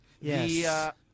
Yes